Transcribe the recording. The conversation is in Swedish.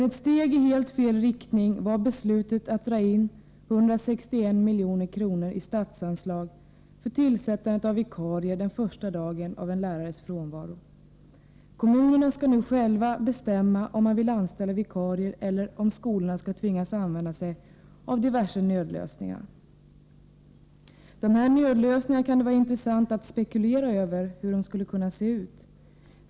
Ett steg i helt fel riktning var beslutet att dra in 161 milj.kr. i statsanslag för tillsättandet av vikarier den första dagen av en lärares frånvaro. Kommunerna skall nu själva bestämma om de vill anställa vikarier eller om skolorna skall tvingas använda diverse nödlösningar. Det kan vara intressant att spekulera över hur dessa nödlösningar skall se ut.